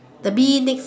the bee next